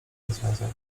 rozwiązał